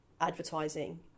advertising